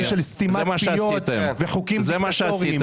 בעניינים של סתימת פיות וחוקים מנדטוריים.